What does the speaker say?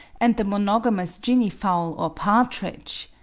and the monogamous guinea-fowl or partridge!